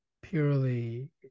purely